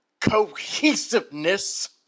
cohesiveness